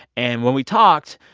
and when we talked,